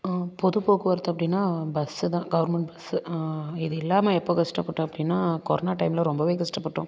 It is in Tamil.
பொது போக்குவரத்து அப்படின்னா பஸ்ஸு தான் கவுர்மெண்ட் பஸ்ஸு இது இல்லாமல் எப்போ கஷ்டப்பட்ட அப்படின்னா கொரனா டைம்ல ரொம்பவே கஷ்டப்பட்டோம்